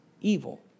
evil